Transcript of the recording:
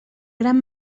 gran